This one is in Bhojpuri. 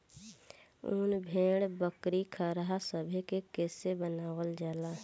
उन भेड़, बकरी, खरहा सभे के केश से बनावल जाला